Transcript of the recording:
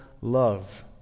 love